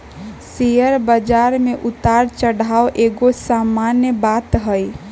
share बजार में उतार चढ़ाओ एगो सामान्य बात हइ